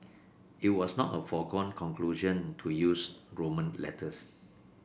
it was not a foregone conclusion to use roman letters